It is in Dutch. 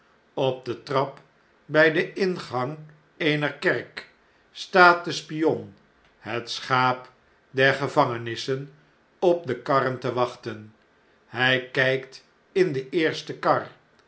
op de trap by den ingang eener kerk staat de spion het schaap der gevangenissen op de karren te wachten hij kptin deeerstekar